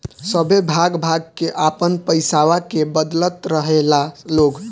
सभे भाग भाग के आपन पइसवा के बदलत रहेला लोग